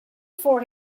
for